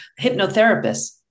hypnotherapists